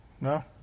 no